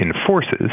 enforces